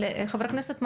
אבל חבר הכנסת מקלב,